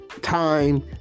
Time